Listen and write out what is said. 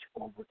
over